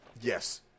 Yes